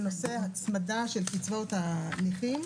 של קצבאות הנכים.